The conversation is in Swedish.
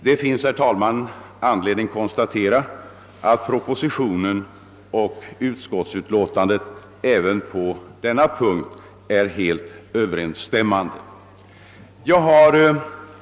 Det finns, herr talman, anledning konstatera att propositionen och utskotts utlåtandet även på denna punkt är helt överensstämmande.